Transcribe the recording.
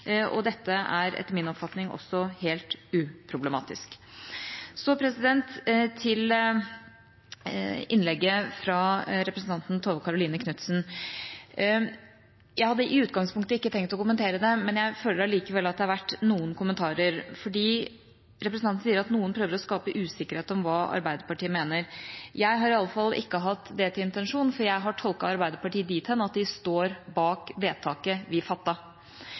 og dette er etter min oppfatning også helt uproblematisk. Så til innlegget fra representanten Tove Karoline Knutsen. Jeg hadde i utgangspunktet ikke tenkt å kommentere det, men jeg føler likevel det er verdt noen kommentarer, for representanten sier at noen prøver å skape usikkerhet om hva Arbeiderpartiet mener. Jeg har i alle fall ikke hatt det til intensjon, for jeg har tolket Arbeiderpartiet dit hen at de står bak vedtaket vi